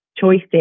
Choices